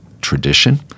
tradition